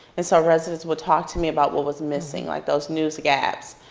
and so residents would talk to me about what was missing, like those news gaps.